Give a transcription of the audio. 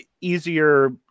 easier